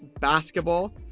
basketball